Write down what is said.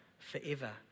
Forever